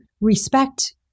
respect